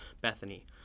Bethany